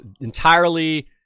entirely